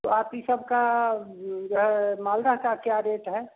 तो आप यह सब का जो है मालदा का क्या रेट है